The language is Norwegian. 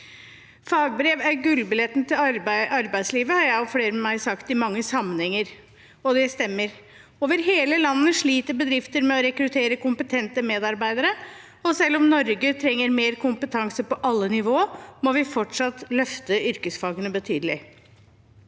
Fagbrev er gullbilletten til arbeidslivet har jeg og flere med meg sagt i mange sammenhenger, og det stemmer. Over hele landet sliter bedrifter med å rekruttere kompetente medarbeidere, og selv om Norge trenger mer kompetanse på alle nivå, må vi fortsatt løfte yrkesfagene betydelig.